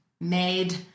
made